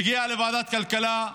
הוא הגיע לוועדת הכלכלה.